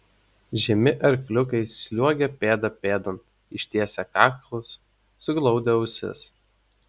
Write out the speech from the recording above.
žemi arkliukai sliuogė pėda pėdon ištiesę kaklus suglaudę ausis